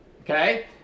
Okay